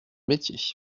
métier